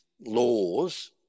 laws